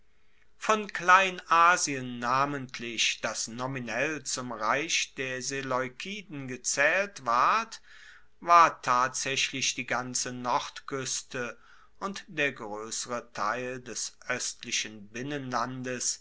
von kleinasien namentlich das nominell zum reich der seleukiden gezaehlt ward war tatsaechlich die ganze nordkueste und der groessere teil des oestlichen binnenlandes